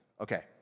Okay